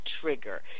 trigger